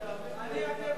לי.